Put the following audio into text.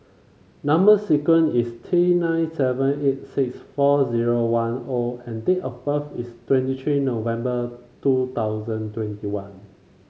number sequence is T nine seven eight six four zero one O and date of birth is twenty three November two thousand twenty one